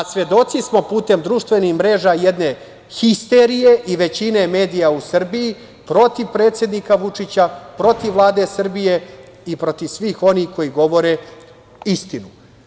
Svedoci smo putem društvenih mreža jedne histerije i većine medija u Srbiji protiv predsednika Vučića, protiv Vlade Srbije i protiv svih onih koji govore istinu.